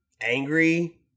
angry